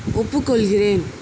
ஒப்புக்கொள்கிறேன்